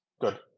good